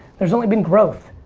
there's only been growth.